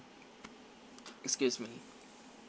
excuse me